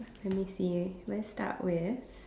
let me see let's start with